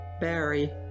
Barry